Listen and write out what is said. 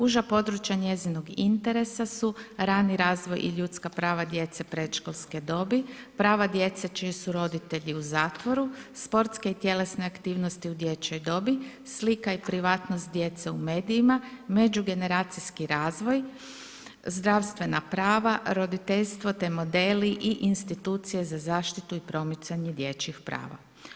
Uža područja njezinog interesa su rani razvoj i ljudska prava djece predškolske dobi, prava djece čiji su roditelji u zatvoru, sportske i tjelesne aktivnosti u dječjoj dobi, slika i privatnost djece u medijima, međugeneracijski razvoj, zdravstvena prava, roditeljstvo te modeli i institucije za zaštitu i promicanje dječjih prava.